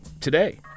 today